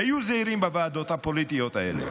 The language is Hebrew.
היו זהירים בוועדות הפוליטיות האלה.